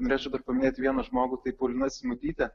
norėčiau dar paminėti vieną žmogų tai paulina simutytė